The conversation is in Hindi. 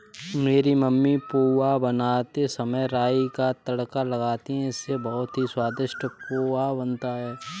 मेरी मम्मी पोहा बनाते समय राई का तड़का लगाती हैं इससे बहुत ही स्वादिष्ट पोहा बनता है